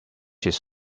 his